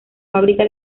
fábrica